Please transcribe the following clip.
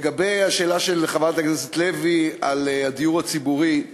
לגבי השאלה של חברת הכנסת לוי על הדיור הציבורי: